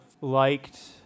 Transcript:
liked